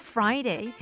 Friday